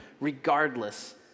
regardless